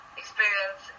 experience